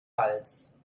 hals